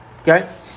Okay